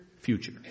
future